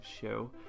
show